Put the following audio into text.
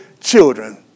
children